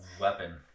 weapon